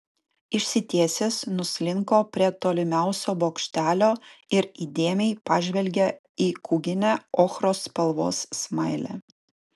išsitiesęs nuslinko prie tolimiausio bokštelio ir įdėmiai pažvelgė į kūginę ochros spalvos smailę